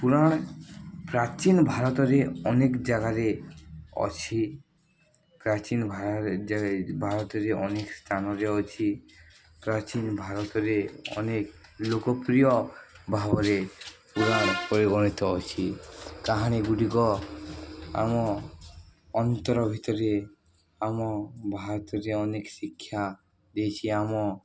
ପୁରାଣ ପ୍ରାଚୀନ ଭାରତରେ ଅନେକ ଜାଗାରେ ଅଛି ପ୍ରାଚୀନ ଭାରତରେ ଅନେକ ସ୍ଥାନରେ ଅଛି ପ୍ରାଚୀନ ଭାରତରେ ଅନେକ ଲୋକପ୍ରିୟ ଭାବରେ ପୁରାଣ ପରିଗଣିତ ଅଛି କାହାଣୀ ଗୁଡ଼ିକ ଆମ ଅନ୍ତର ଭିତରେ ଆମ ଭାରତରେ ଅନେକ ଶିକ୍ଷା ଦେଇଛି ଆମ